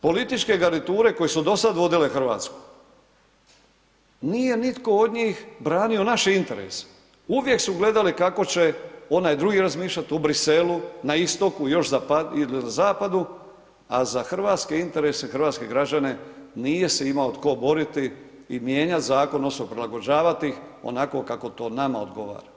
Političke garniture koje su dosad vodile Hrvatsku, nije nitko od njih branio naše interese, uvijek su gledali kako će onaj drugi razmišljati u Bruxellesu, na istoku, još zapadnije, na zapadu, a za hrvatske interese i hrvatske građane, nije se imao tko boriti i mijenjati zakon odnosno prilagođavati ih onako kako to nama odgovara.